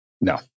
No